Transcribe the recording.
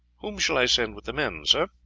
whom shall i send with the men, sir?